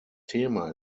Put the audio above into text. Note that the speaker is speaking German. thema